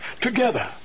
together